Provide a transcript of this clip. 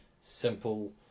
simple